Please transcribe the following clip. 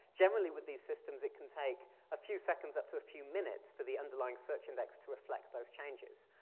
generally with these systems, it can take a few seconds up to a few minutes for the underlying search index to reflect those changes.